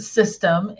system